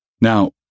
Now